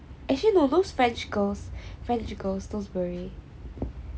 actually no those french girls french girls those beret